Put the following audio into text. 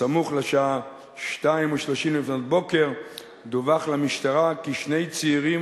בסמוך לשעה 02:30 דווח למשטרה כי שני צעירים